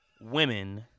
Women